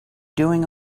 doing